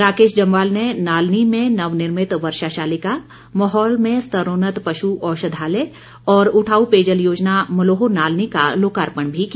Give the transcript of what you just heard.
राकेश जम्वाल ने नालनी में नवनिर्मित वर्षाशालिका महोल में स्तरोन्नत पशु औषधालय और उठाउ पेयजल योजना मलोह नालनी का लोकार्पण भी किया